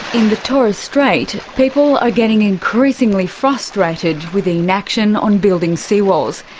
in the torres strait, people are getting increasingly frustrated with the inaction on building seawalls.